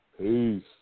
Peace